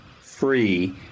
free